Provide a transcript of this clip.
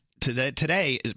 today